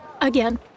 Again